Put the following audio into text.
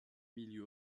milieu